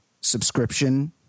subscription